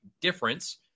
difference